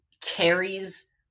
carries